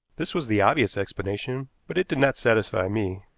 this was the obvious explanation, but it did not satisfy me.